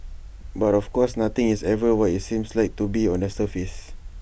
but of course nothing is ever what IT seems like to be on the surface